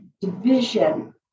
division